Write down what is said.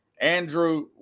andrew